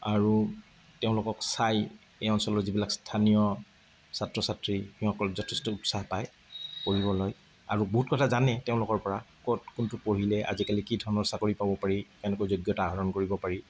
আৰু তেওঁলোকক চাই এই অঞ্চলৰ যিবিলাক স্থানীয় ছাত্ৰ ছাত্ৰী সেইসকলে যথেষ্ট উৎসাহ পায় পঢ়িবলৈ আৰু বহুত কথা জানে তেওঁলোকৰ পৰা ক'ত কোনটো পঢ়িলে আজিকালি কি ধৰণৰ চাকৰি পাব পাৰি কেনেকৈ যোগ্যতা আহৰণ কৰিব পাৰি